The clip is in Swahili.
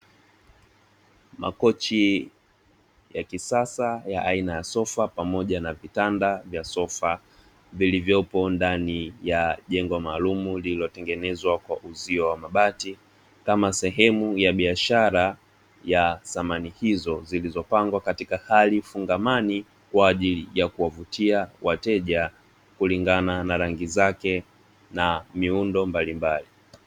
Makochi ya kisasa ya aina ya sofa pamoja na vitanda vya sofa vilivyopo ndani ya jengo maalumu, lililo tengenezwa kwa uzio wa mabati kama sehemu ya biashara ya samani hizo zilizopangwa katika hali fungamani, kwaajili ya kuwavutia wateja kulingana na rangi zake na miundo mbalimbali.